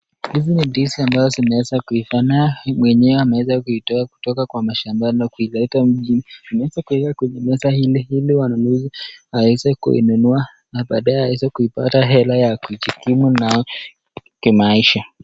Hizi ni ndizi ambazo zimeweza kuiva naye mwenyewe ameweza kuitoa kutoka mashambani na kuileta mjini ameweza kuiweka kwenye meza hii ili wanunuzi waeze kuinunua na baadaye aeze kuipata hela ya kujikimu nayo kimaisha.